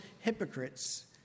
hypocrites